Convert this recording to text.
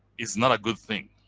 is not a good thing.